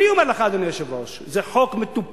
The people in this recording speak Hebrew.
אני אומר לך, אדוני היושב-ראש, זה חוק מטופש,